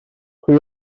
pwy